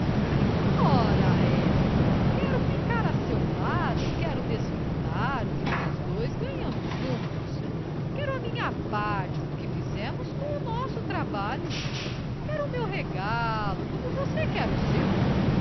ora essa quero ficar a seu lado quero desfrutar o que nós dois ganhamos juntos quero a minha parte no que fizemos com o nosso trabalho quero o meu regalo como você quer o seu